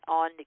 on